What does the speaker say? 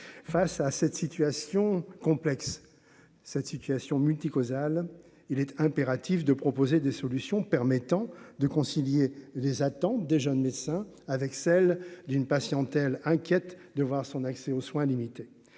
face à cette situation complexe cette situation multi-causal, il est impératif de proposer des solutions permettant de concilier les attentes des jeunes médecins avec celle d'une patiente, elle inquiète de voir son accès aux soins limités